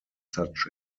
such